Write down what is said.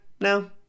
No